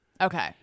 okay